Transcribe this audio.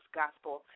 gospel